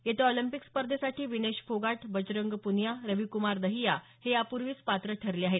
येत्या ऑलिम्पिक स्पर्धेसाठी विनेश फोगट बजरंग पुनिया रविकुमार दहिया हे यापूर्वीच पात्र ठरले आहेत